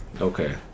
Okay